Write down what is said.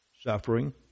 Suffering